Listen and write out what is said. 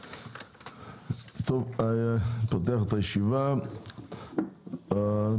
אני פותח את ישיבת ועדת הכלכלה.